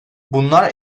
bunlar